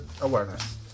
awareness